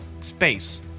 Space